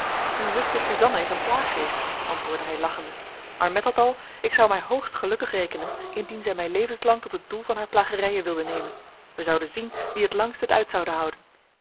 uw zuster suzanna is een plaaggeest antwoordde hij lachende maar met dat al ik zou mij hoogst gelukkig rekenen indien zij mij levenslang tot het doel van haar plagerijen wilde nemen wij zouden zien wie het langst het uit zoude houden